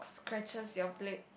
scratches your plate